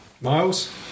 Miles